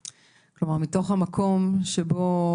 כלומר, מתוך המקום שבו